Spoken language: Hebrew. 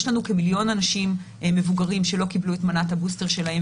יש לנו כמיליון אנשים מבוגרים שלא קיבלו את מנת הבוסטר שלהם